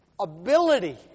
Ability